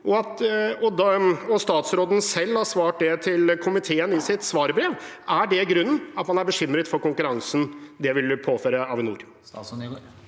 gi Avinor, og statsråden selv har svart det til komiteen i sitt svarbrev. Er det grunnen, at man er bekymret for konkurransen det ville påføre Avinor?